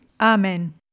Amen